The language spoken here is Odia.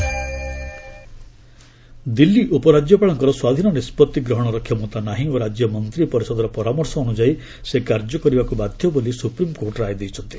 ଏସ୍ସି ଦିଲ୍ଲୀ ଦିଲ୍ଲୀ ଉପରାଜ୍ୟପାଳଙ୍କର ସ୍ୱାଧୀନ ନିଷ୍ପଭି ଗ୍ରହଣର କ୍ଷମତା ନାହିଁ ଓ ରାଜ୍ୟ ମନ୍ତ୍ରିପରିଷଦର ପରାମର୍ଶ ଅନୁଯାୟୀ ସେ କାର୍ଯ୍ୟ କରିବାକୁ ବାଧ୍ୟ ବୋଲି ସୁପ୍ରିମକୋର୍ଟ ରାୟ ଦେଇଛନ୍ତି